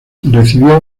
recibió